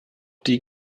die